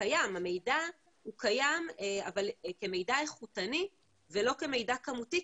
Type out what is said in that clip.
המידע הוא קיים אבל כמידע איכותני ולא כמידע כמותי,